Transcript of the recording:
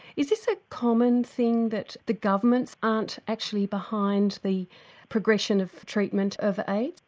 is this a common thing that the governments aren't actually behind the progression of treatment of aids?